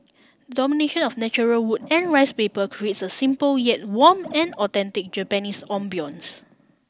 the domination of natural wood and rice paper creates a simple yet warm and authentic Japanese ambience